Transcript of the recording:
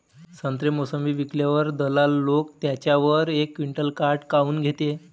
संत्रे, मोसंबी विकल्यावर दलाल लोकं त्याच्यावर एक क्विंटल काट काऊन घेते?